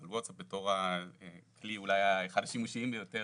אבל ווטסאפ אולי בתור הכלי אולי אחד השימושיים ביותר